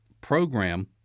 program